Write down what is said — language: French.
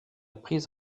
prise